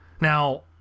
Now